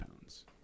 pounds